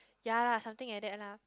ya lah something like that lah